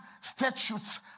statutes